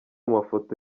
mafoto